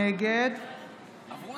נגד אימאן